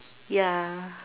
ya